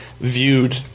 Viewed